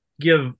give